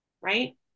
right